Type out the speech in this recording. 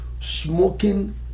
smoking